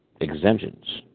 exemptions